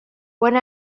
one